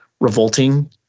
revolting